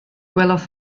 gwelodd